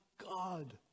God